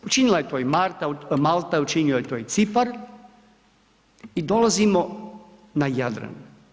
Učinila je to i Malta, učinio je to i Cipar i dolazimo na Jadran.